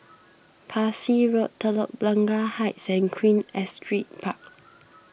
Parsi Road Telok Blangah Heights Queen Astrid Park